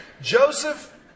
Joseph